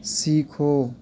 سیکھو